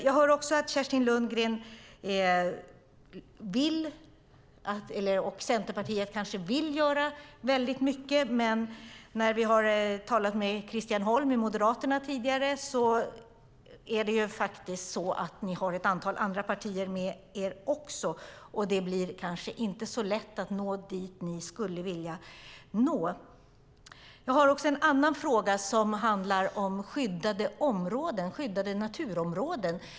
Jag hör att Kerstin Lundgren och Centerpartiet vill göra väldigt mycket, men ni har ju ett antal andra partier med er också. Det blir kanske inte så lätt att nå dit ni skulle vilja nå. Jag har också en annan fråga som handlar om skyddade naturområden.